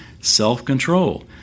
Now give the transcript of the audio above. self-control